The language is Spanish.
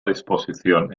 disposición